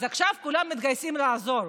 אז עכשיו כולם מתגייסים לעזור,